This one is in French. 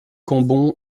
cambon